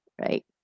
Right